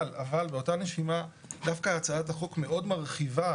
אבל באותה נשימה דווקא הצעת החוק מאוד מרחיבה